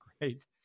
great